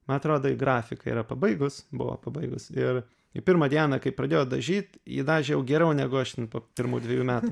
man atrodo ji grafiką yra pabaigus buvo pabaigus ir ji pirmą dieną kai pradėjo dažyt ji dažė jau geriau negu aš po pirmų dvejų metų